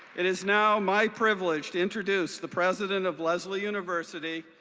it is now my privilege to introduce the president of lesley university,